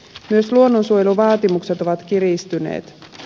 myös luonnonsuojeluvaatimukset ovat kiristyneet